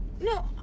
No